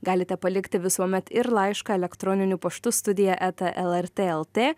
galite palikti visuomet ir laišką elektroniniu paštu studija eta lrt lt